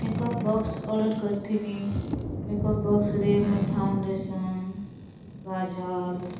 ଏକ box order କରଥିନି ଏକ ବକ୍ସ୍ରେ ମୋର ଫାଉଣ୍ଡେସନ୍ କାଜଲ୍